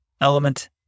Element